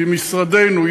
כי משרדנו,